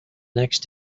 next